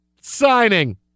signing